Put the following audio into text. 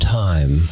time